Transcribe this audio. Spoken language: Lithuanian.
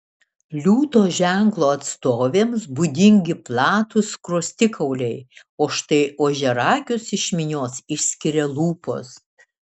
liūto ženklo atstovėms būdingi platūs skruostikauliai o štai ožiaragius iš minios išskiria lūpos